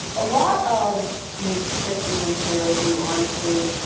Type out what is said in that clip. a lot of these tips i'm going to share with you honestly,